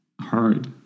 hard